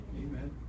Amen